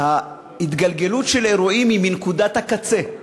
ההתגלגלות של אירועים היא מנקודת הקצה,